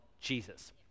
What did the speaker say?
Jesus